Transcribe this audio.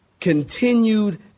continued